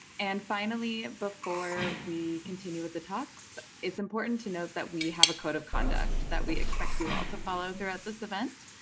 and finally, before we continue with the talks, it's important to note that we have a code of conduct that we expect you all to follow throughout this event.